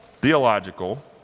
theological